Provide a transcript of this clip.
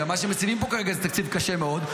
גם מה שמציבים פה כרגע זה תקציב קשה מאוד,